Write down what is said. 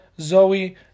Zoe